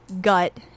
gut